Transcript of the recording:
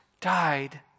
died